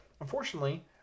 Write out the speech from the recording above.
unfortunately